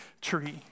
tree